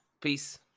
peace